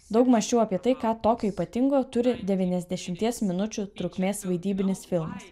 daug mąsčiau apie tai ką tokio ypatingo turi devyniasdešimties minučių trukmės vaidybinis filmas